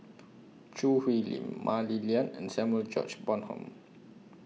Choo Hwee Lim Mah Li Lian and Samuel George Bonham